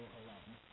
alone